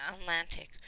atlantic